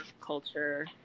culture